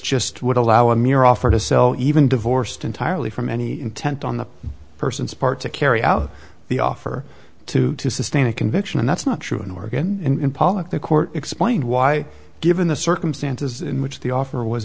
just would allow a mere offer to sell even divorced entirely from any intent on the person's part to carry out the offer to to sustain a conviction and that's not true in oregon in pollok the court explained why given the circumstances in which the offer was